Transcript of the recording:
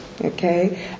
Okay